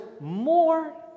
more